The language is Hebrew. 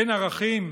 אין ערכים?